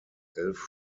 elf